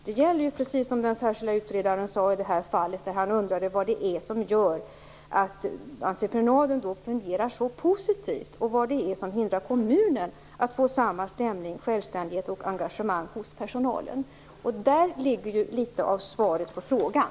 Den särskilda utredaren i detta fall undrade vad det är som gör att entreprenaden fungerar så positivt och vad det är som hindrar kommunen att åstadkomma samma självständighet och engagemang hos personalen. Här ligger ju litet av svaret på frågan.